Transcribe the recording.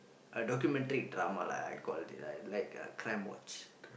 documentary drama lah I call it I like crimewatch